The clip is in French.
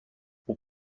aux